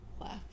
left